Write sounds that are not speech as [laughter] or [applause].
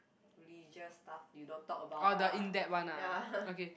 religious stuff you don't talk about lah [noise] ya